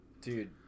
Dude